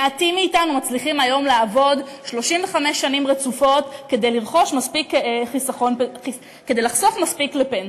מעטים מאתנו מצליחים היום לעבוד 35 שנים רצופות כדי לחסוך מספיק לפנסיה.